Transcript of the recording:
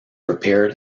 repaired